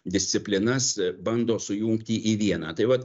disciplinas bando sujungti į vieną tai vat